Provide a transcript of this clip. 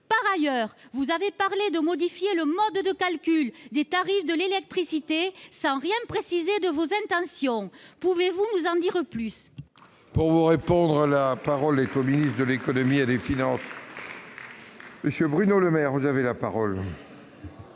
Par ailleurs, vous avez parlé de modifier le mode de calcul des tarifs de l'électricité sans rien préciser de vos intentions. Pouvez-vous nous en dire plus ?